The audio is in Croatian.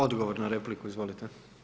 Odgovor na repliku, izvolite.